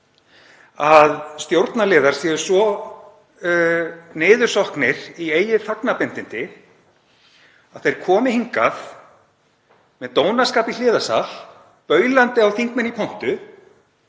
að stjórnarliðar séu svo niðursokknir í eigin þagnarbindindi að þeir komi hingað með dónaskap í hliðarsal, baulandi á þingmenn í pontu